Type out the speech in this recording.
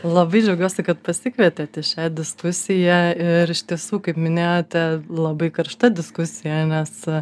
labai džiaugiuosi kad pasikvietėt į šią diskusiją ir iš tiesų kaip minėjote labai karšta diskusija nes